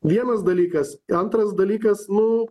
vienas dalykas antras dalykas nu